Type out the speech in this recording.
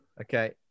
Okay